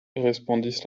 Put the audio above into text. respondis